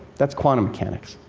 that's quantum mechanics.